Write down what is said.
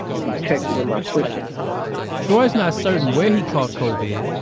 and detected in my system troy is not certain where he caught covid.